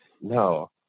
No